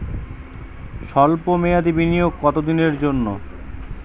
সল্প মেয়াদি বিনিয়োগ কত দিনের জন্য?